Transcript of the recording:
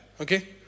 okay